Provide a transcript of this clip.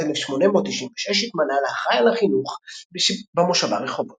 בשנת 1896 התמנה לאחראי על החינוך במושבה רחובות.